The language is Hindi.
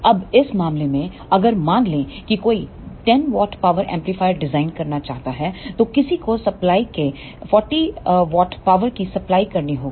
अब इस मामले में अगर मान लें कि कोई 10W पावर एम्पलीफायर डिजाइन करना चाहता है तो किसी को सप्लाई के40W पावर की सप्लाई करनी होगी